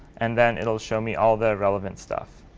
and then it'll show me all the relevant stuff,